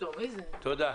תודה.